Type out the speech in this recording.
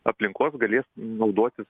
aplinkos galės naudotis